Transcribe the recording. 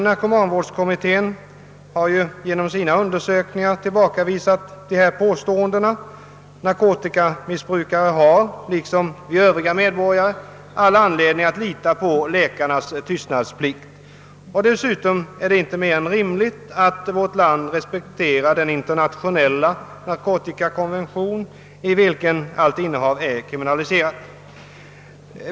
Narkomanvårdskommittén har genom sina undersökningar tillbakavisat dessa påståenden, Narkotikamissbrukare har liksom övriga medborgare all anledning att lita på läkarnas tystnadsplikt. Dessutom är det inte mer än rimligt att vårt land respekterar den internationella narkotikakonventionen, enligt vilken allt innehav är kriminaliserat.